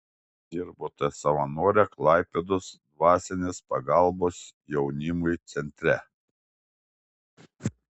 dirbote savanore klaipėdos dvasinės pagalbos jaunimui centre